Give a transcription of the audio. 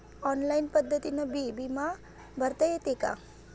Online पद्धतीनं बी बिमा भरता येते का?